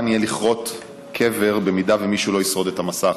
ניתן לכרות קבר אם מישהו לא ישרוד במסע,